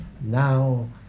Now